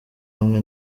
hamwe